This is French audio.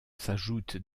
s’ajoutent